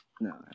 No